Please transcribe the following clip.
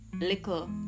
Little